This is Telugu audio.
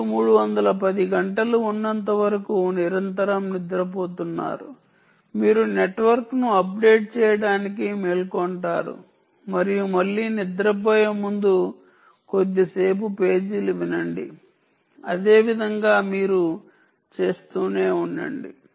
మీరు 310 గంటలు ఉన్నంతవరకు నిరంతరం నిద్రపోతున్నారు మీరు నెట్వర్క్ను అప్డేట్ చేయడానికి మేల్కొంటారు మరియు మళ్ళీ నిద్రపోయే ముందు కొద్దిసేపు పేజీలు వింటుంది అదే విధంగా మీరు చేస్తూనే ఉండండి